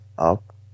up